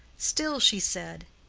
still, she said,